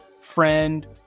friend